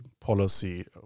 policy